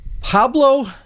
Pablo